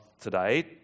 today